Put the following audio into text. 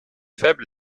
faible